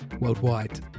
worldwide